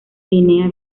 guinea